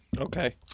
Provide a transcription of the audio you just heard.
Okay